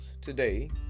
today